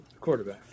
quarterback